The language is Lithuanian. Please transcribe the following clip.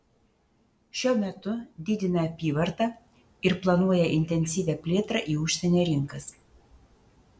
šiuo metu didina apyvartą ir planuoja intensyvią plėtrą į užsienio rinkas